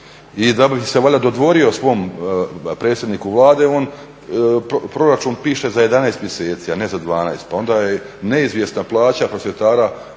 I da bi se valjda dodvorio svom predsjedniku Vlade, on proračun piše za 11 mjeseci, a ne za 12 pa onda je neizvjesna plaća prosvjetara i